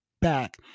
back